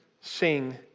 sing